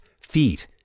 feet